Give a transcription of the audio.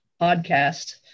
podcast